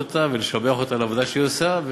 אותה ולשבח אותה על העבודה שהיא עושה,